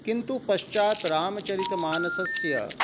किन्तु पश्चात् रामचरितमानसस्य